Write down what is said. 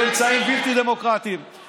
באמצעים בלתי דמוקרטיים,